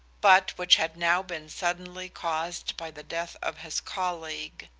but which had now been suddenly caused by the death of his colleague.